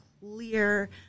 clear